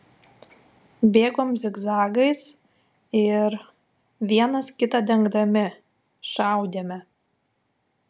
bėgom zigzagais ir vienas kitą dengdami šaudėme